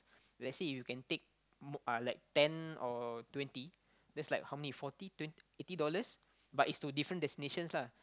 let's say you can take like ten or twenty that's like how many forty twenty eighty dollars but is to different destinations lah